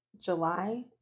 July